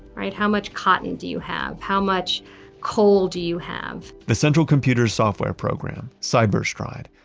right? how much cotton do you have? how much coal do you have? the central computer software program, cyberstride,